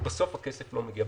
ובסוף הכסף לא מגיע.